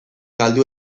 galdu